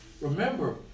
Remember